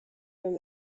from